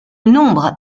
nombre